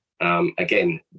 again